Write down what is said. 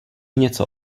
něco